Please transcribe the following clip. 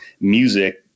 music